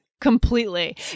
Completely